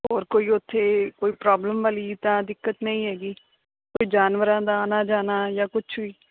ਹੋਰ ਕੋਈ ਓਥੇ ਕੋਈ ਪ੍ਰੋਬਲਮ ਵਾਲੀ ਤਾਂ ਦਿੱਕਤ ਨਈਂ ਹੈਗੀ ਕੋਈ ਜਾਨਵਰਾਂ ਦਾ ਆਨਾ ਜਾਨਾ ਜਾਂ ਕੁਛ ਵੀ